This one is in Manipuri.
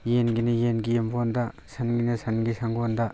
ꯌꯦꯟꯒꯤꯅ ꯌꯦꯟꯒꯤ ꯌꯦꯝꯕꯣꯟꯗ ꯁꯟꯒꯤꯅ ꯁꯟꯒꯤ ꯁꯪꯒꯣꯟꯗ